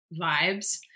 vibes